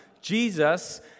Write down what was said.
Jesus